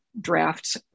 drafts